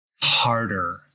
harder